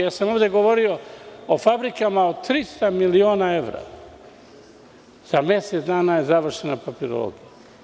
Ja sam ovde govorio o fabrikama od 300 miliona evra – za mesec dana je završena papirologija.